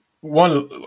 one